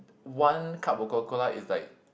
one cup of Coca-cola is like